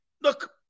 Look